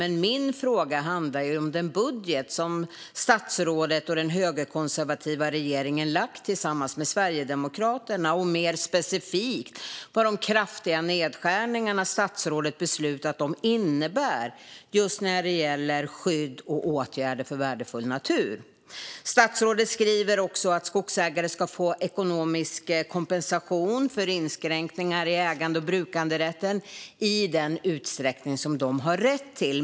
Men min fråga handlar om den budget som statsrådet och den högerkonservativa regeringen har lagt fram tillsammans med Sverigedemokraterna, och mer specifikt om vad de kraftiga nedskärningar som statsrådet har beslutat om innebär just när det gäller skydd och åtgärder för värdefull natur. Statsrådet skriver också att skogsägare ska få ekonomisk kompensation för inskränkningar i ägande och brukanderätten i den utsträckning som de har rätt till.